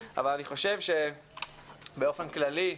אני חושב שבאופן כללי,